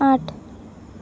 आठ